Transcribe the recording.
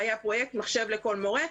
היה פרויקט מחשב לכל מורה.